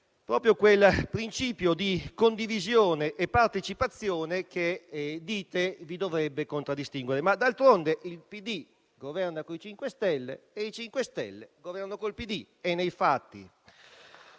proprio quel principio di condivisione e di partecipazione, che dite vi dovrebbe contraddistinguere. D'altronde, il PD governa con i 5 Stelle e i 5 Stelle governano col PD: è nei fatti